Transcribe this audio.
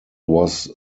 was